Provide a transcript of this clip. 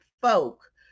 folk